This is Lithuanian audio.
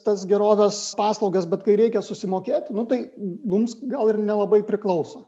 tas gerovės paslaugas bet kai reikia susimokėti tai mums gal ir nelabai priklauso